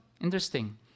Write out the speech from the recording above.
interesting